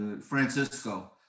Francisco